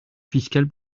fiscale